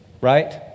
Right